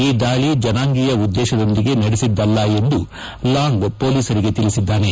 ಈ ದಾಳಿ ಜನಾಂಗೀಯ ಉದ್ಗೇತದೊಂದಿಗೆ ನಡೆಸಿದ್ದಲ್ಲ ಎಂದು ಲಾಂಗ್ ಹೊಲೀಸರಿಗೆ ತಿಳಿಸಿದ್ದಾನೆ